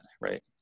right